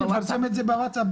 נפרסם את זה בווטסאפ,